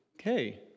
Okay